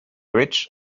rich